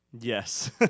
Yes